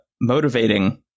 motivating